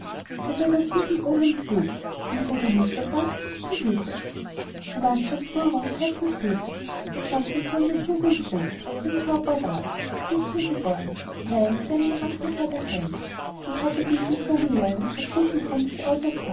wer wird aus diesem oheim klug ein bruder mustaphas behüte verwandtschaft rührung herzensgüte war samt und sonders lug und trug ein zaubrer war's nicht hier geboren nein fern in afrika daheim und hatte diesen vogelleim aus gutem grund sich